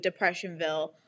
Depressionville